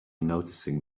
noticing